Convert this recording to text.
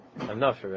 Enough